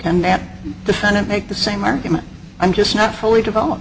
and at the senate make the same argument i'm just not fully develop